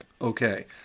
Okay